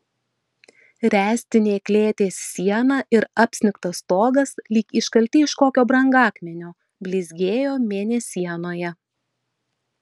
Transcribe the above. ręstinė klėties siena ir apsnigtas stogas lyg iškalti iš kokio brangakmenio blizgėjo mėnesienoje